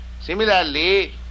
Similarly